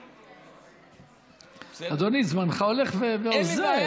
אדוני, זמנך הולך ואוזל.